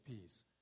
peace